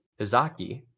Izaki